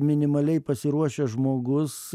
minimaliai pasiruošęs žmogus